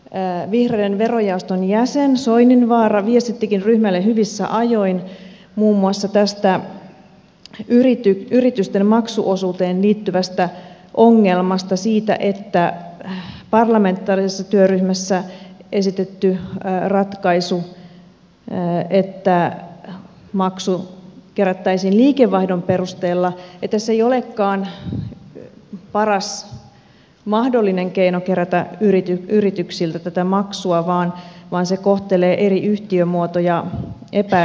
vihreiden verojaoston jäsen soininvaara viestittikin ryhmälle hyvissä ajoin muun muassa tästä yritysten maksuosuuteen liittyvästä ongelmasta siitä että parlamentaarisessa työryhmässä esitetty ratkaisu että maksu kerättäisiin liikevaihdon perusteella ei olekaan paras mahdollinen keino kerätä yrityksiltä tätä maksua vaan se kohtelee eri yhtiömuotoja epäreilusti